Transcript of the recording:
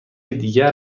دیگر